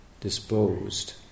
disposed